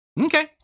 Okay